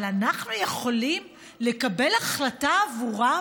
אבל אנחנו יכולים לקבל החלטה עבורם